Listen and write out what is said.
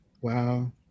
Wow